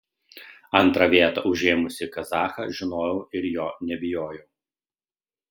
antrą vietą užėmusį kazachą žinojau ir jo nebijojau